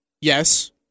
Yes